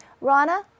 Rana